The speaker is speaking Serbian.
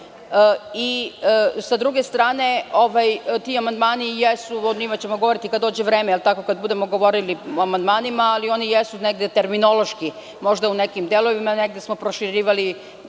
druge strane, ti amandmani i jesu, o njima ćemo govoriti kada dođe vreme, kada budemo govorili o amandmanima, negde terminološki možda u nekim delovima, a negde smo proširivali